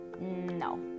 no